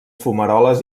fumaroles